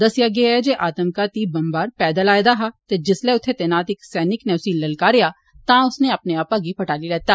दस्सेआ गेआ ऐ जे आत्मघाती बम्बार पैदल आए दा हा ते जिसलै उत्थें तैनात इक सैनिक नै उसी ललकारेआ तां उन्ने अपने आपै गी फटाली ओड़ेआ